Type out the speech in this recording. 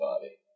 body